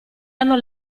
hanno